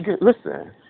Listen